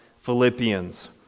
Philippians